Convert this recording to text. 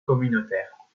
communautaire